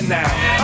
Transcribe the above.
now